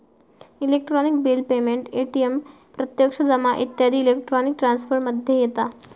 electronic bill payment, ATM प्रत्यक्ष जमा इत्यादी इलेक्ट्रॉनिक ट्रांसफर मध्ये येता